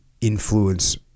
influence